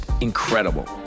incredible